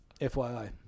FYI